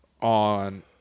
on